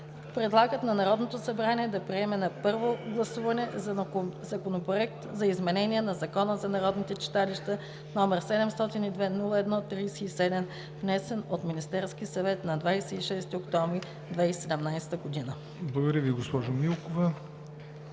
предлагат на Народното събрание да приеме на първо гласуване Законопроект за изменение на Закона за народните читалища, № 702-01-37, внесен от Министерския съвет на 26 октомври 2017 г.“ ПРЕДСЕДАТЕЛ ЯВОР НОТЕВ: Благодаря Ви, госпожо Милкова.